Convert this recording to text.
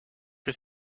que